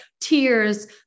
tears